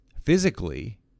physically